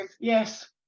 yes